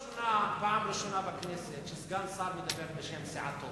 אדוני, פעם ראשונה בכנסת שסגן שר מדבר בשם סיעתו